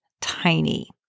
tiny